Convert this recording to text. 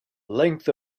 length